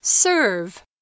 Serve